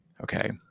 Okay